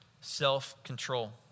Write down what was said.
Self-control